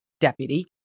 deputy